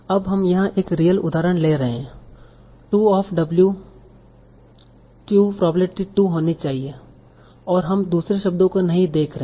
अब हम यहां एक रियल उदाहरण ले रहे हैं 2 ऑफ़ w थ्यु प्रोबेब्लिटी 2 होनी चाहिए और हम दूसरे शब्दों को नहीं देख रहे हैं